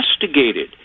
investigated